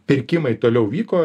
pirkimai toliau vyko